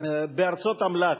בארצות אמל"ט,